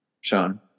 Sean